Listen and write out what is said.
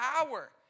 power